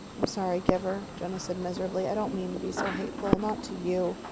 i'm sorry, giver, jonas said miserably. i don't mean to be so hateful. not to you.